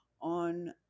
on